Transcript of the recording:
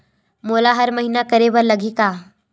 मोला हर महीना करे बर लगही का?